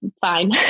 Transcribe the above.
fine